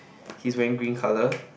he is wearing green color